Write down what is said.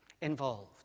involved